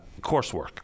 coursework